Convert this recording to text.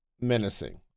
menacing